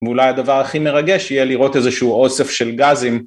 ואולי הדבר הכי מרגש יהיה לראות איזשהו אוסף של גזים.